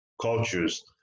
cultures